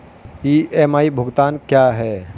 EMI भुगतान क्या है?